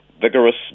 vigorous